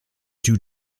two